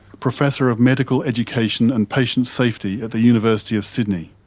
professor of medical education and patient safety at the university of sydney.